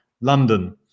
London